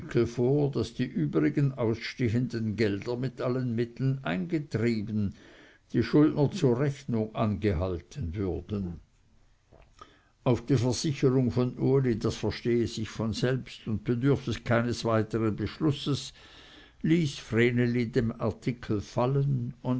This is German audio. vor daß die übrigen ausstehenden gelder mit allen mitteln eingetrieben die schuldner zur rechnung angehalten würden auf die versicherung von uli das verstehe sich von selbst und bedürfe keines weitern beschlusses ließ vreneli den artikel fallen